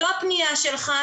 זו הפניה שלך,